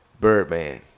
Birdman